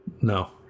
No